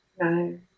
No